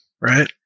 Right